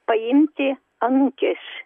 paimti anūkės